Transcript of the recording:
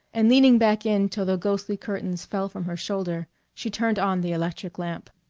and leaning back in till the ghostly curtains fell from her shoulder, she turned on the electric lamp.